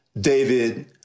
David